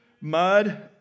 mud